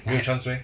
没有 chance meh